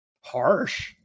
harsh